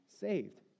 saved